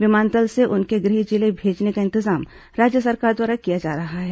विमानतल से उनके गृह जिले भेजने का इंतजाम राज्य सरकार द्वारा किया जा रहा है